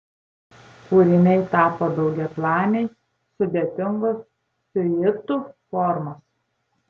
kūriniai tapo daugiaplaniai sudėtingos siuitų formos